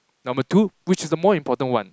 number two which is the more important one